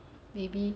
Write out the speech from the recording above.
maybe